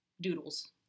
doodles